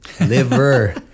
liver